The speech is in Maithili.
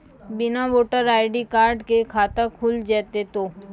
बिना वोटर आई.डी कार्ड के खाता खुल जैते तो?